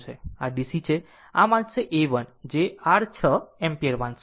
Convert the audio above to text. આ DC છે આ વાંચશે A 1 એ r 6 એમ્પીયર વાંચશે